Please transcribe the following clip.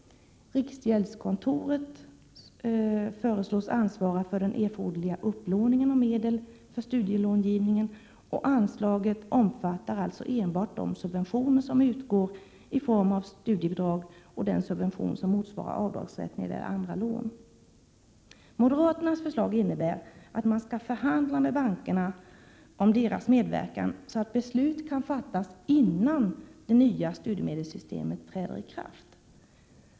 Riksgäldskontoret föreslås ansvara för den erforderliga upplåningen av medel för studielånegivningen, och anslaget omfattar alltså enbart de subventioner som utgår i form av studiebidrag och den subvention som motsvarar avdragsrätt när det gäller andra lån. Moderaternas förslag innebär att man skall förhandla med bankerna om deras medverkan så att beslut kan fattas innan det nya studiemedelssystemet träder i kraft.